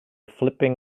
flipping